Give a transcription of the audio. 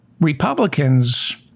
Republicans